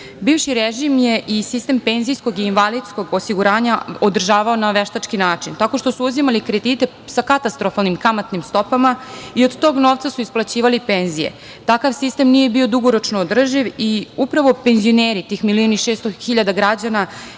Bivši režim je i sistem PIO održavao na veštački način tako što su uzimali kredite sa katastrofalnim kamatnim stopama i od tog novca su isplaćivali penzije. Takav sistem nije bio dugoročno održiv i upravo penzioneri, tih milion i 600 hiljada građana